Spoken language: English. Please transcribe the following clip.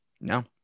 No